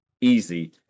easy